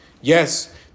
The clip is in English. Yes